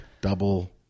double